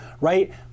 right